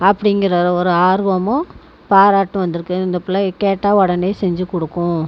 அப்படிங்கிற ஒரு ஆர்வமும் பாராட்டும் வந்துருக்குது இந்த பிள்ளைய கேட்டால் உடனே செஞ்சி கொடுக்கும்